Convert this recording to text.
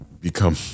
become